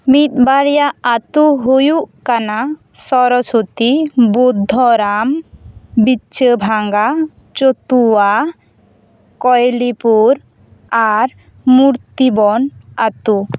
ᱢᱤᱫ ᱵᱟᱨᱭᱟ ᱟᱛᱳ ᱦᱩᱭᱩᱜ ᱠᱟᱱᱟ ᱥᱚᱨᱚᱥᱚᱛᱤ ᱵᱩᱫᱽᱫᱷᱚ ᱨᱟᱢ ᱵᱤᱪᱷᱟᱹ ᱵᱷᱟᱸᱜᱟ ᱪᱚᱛᱩᱣᱟ ᱠᱚᱭᱞᱤ ᱯᱩᱨ ᱟᱨ ᱢᱩᱨᱛᱤ ᱵᱚᱱ ᱟᱛᱳ